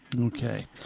Okay